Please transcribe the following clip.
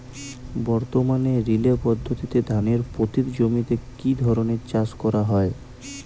বর্তমানে রিলে পদ্ধতিতে ধানের পতিত জমিতে কী ধরনের চাষ করা হয়?